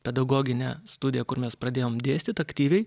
pedagoginę studiją kur mes pradėjom dėstyt aktyviai